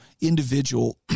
individual